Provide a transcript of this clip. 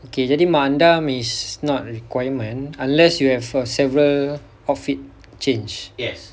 okay jadi mak andam is not requirement unless you have err several outfit change